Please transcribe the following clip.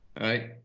right